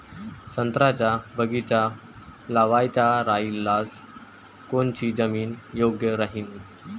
संत्र्याचा बगीचा लावायचा रायल्यास कोनची जमीन योग्य राहीन?